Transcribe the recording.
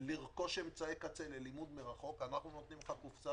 לרכוש אמצעי קצה ללימוד מרחוק אנחנו נותנים לך קופסה